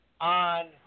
on